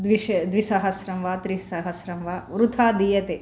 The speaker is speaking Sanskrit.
द्विश द्विसहस्रं व त्रिसहस्रं व वृथा दीयते